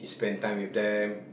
you spend time with them